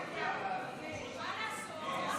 הם יחליטו שאין אלימות.